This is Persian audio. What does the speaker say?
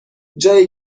جایی